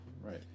Right